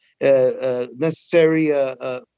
necessary